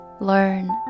learn